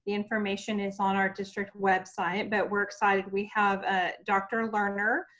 information is on our district website, but we're excited we have ah dr. lerner,